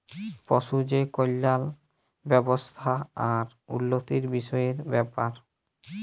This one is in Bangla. পশু যে কল্যাল ব্যাবস্থা আর উল্লতির বিষয়ের ব্যাপার